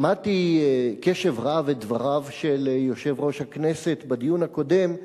שמעתי בקשב רב את דבריו של יושב-ראש הכנסת בדיון הקודם,